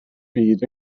byd